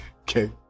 okay